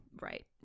Right